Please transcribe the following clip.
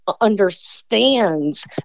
understands